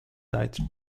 died